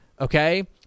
okay